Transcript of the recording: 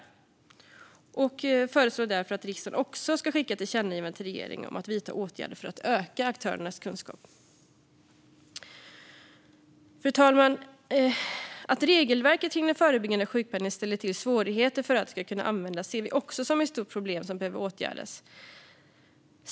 Utskottet föreslår därför att riksdagen ska rikta ett tillkännagivande till regeringen om att den ska vidta åtgärder för att öka aktörernas kunskap om detta. Fru talman! Att regelverket kring den förebyggande sjukpenningen ställer till svårigheter för att den ska kunna användas ser vi som ett problem som behöver åtgärdas.